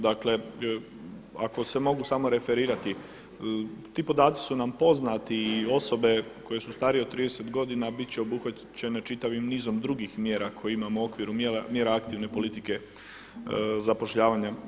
Dakle, ako se mogu samo referirati, ti podaci su nam poznati i osobe koje su starije od 30 godina biti će obuhvaćene čitavim nizom drugih mjera koje imamo u okviru mjera aktivne politike zapošljavanja.